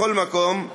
מכל מקום,